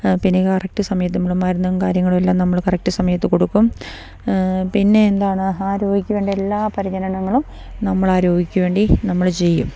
ആ പിന്നെ കറക്റ്റ് സമയത്ത് നമ്മള് മരുന്നും കാര്യങ്ങളും എല്ലാം നമ്മള് കറക്റ്റ് സമയത്ത് കൊടുക്കും പിന്നെ എന്താണ് ആ രോഗിക്ക് വേണ്ട എല്ലാ പരിചരണങ്ങളും നമ്മളാരോഗിക്ക് വേണ്ടി നമ്മള് ചെയ്യും